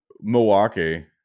Milwaukee